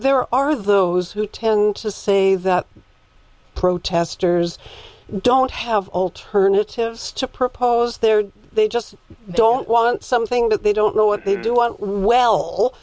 there are those who tend to say that protesters don't have alternatives to propose there they just don't want something that they don't know what they do want well